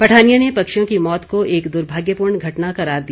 पठानिया ने पक्षियों की मौत को एक दुर्भाग्यपूर्ण घटना करार दिया